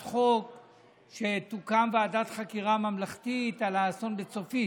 חוק שתוקם ועדת חקירה ממלכתית על האסון בצפית,